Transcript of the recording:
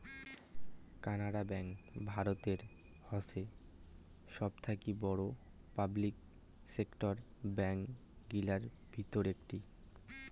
Canara bank ভারতের হসে সবথাকি বড়ো পাবলিক সেক্টর ব্যাঙ্ক গিলার ভিতর একটি